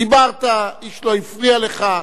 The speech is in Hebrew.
דיברת, איש לא הפריע לך.